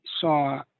saw